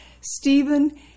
Stephen